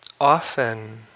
Often